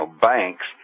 banks